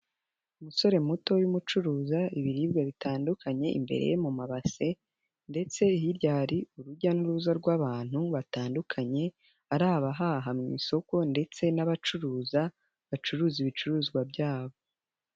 Umusore muto urimo ucuruza ibiribwa bitandukanye, imbere ye mu mabase ndetse hirya hari urujya n'uruza rw'abantu batandukanye, ari aba haha mu isoko ndetse n'abacuruza bacuruza ibicuruzwa byabo.